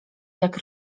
jak